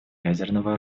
ядерного